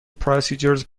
procedures